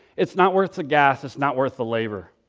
it's not worth the gas, it's not worth the labor.